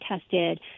tested